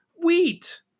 Wheat